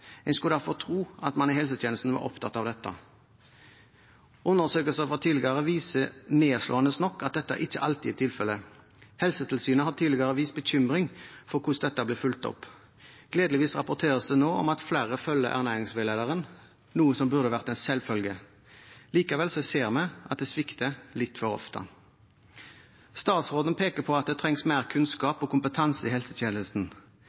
helsetjenesten var opptatt av dette. Undersøkelser fra tidligere viser nedslående nok at dette ikke alltid er tilfelle. Helsetilsynet har tidligere vist bekymring for hvordan dette blir fulgt opp. Gledeligvis rapporteres det nå om at flere følger ernæringsveilederen, noe som burde vært en selvfølge. Likevel ser vi at det svikter litt for ofte. Statsråden peker på at det trengs mer kunnskap og kompetanse i helsetjenesten.